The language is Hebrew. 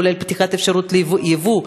כולל פתיחת אפשרות לייבוא,